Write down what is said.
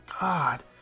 God